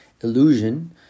illusion